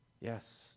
yes